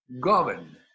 govern